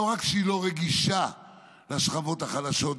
לא רק שהיא לא רגישה לשכבות החלשות,